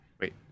wait